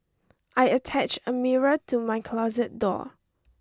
I attached a mirror to my closet door